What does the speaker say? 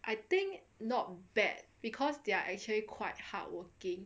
I think not bad because they are actually quite hardworking